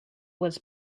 was